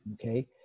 Okay